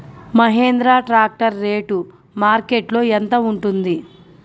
Mahindra tractor rate మార్కెట్లో యెంత ఉంటుంది?